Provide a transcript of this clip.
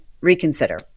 reconsider